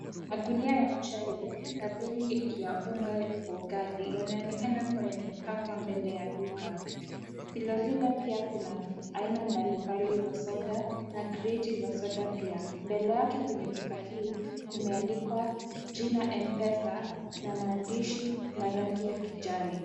Magunia ya mchele ba bili ya unga wa viazi yanaonekana kuwa yamepangwa mbele ya duka. Vilevile pia kuna aina mbalimbali za soda na kreti za soda pia. Mbele yake kwenye duka hii kumeandikwa jina Mpesa na maandishi ya rangi ya kijani.